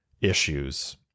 issues